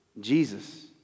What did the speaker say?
Jesus